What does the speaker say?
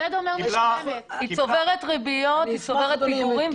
היא צוברת ריביות, היא צוברת פיגורים.